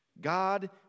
God